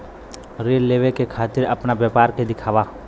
ऋण लेवे के खातिर अपना व्यापार के दिखावा?